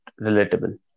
relatable